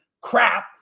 crap